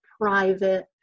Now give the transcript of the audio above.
private